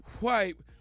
wipe